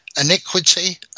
iniquity